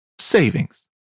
savings